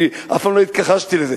אני אף פעם לא התכחשתי לזה.